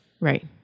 Right